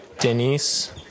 Denise